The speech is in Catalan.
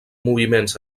moviments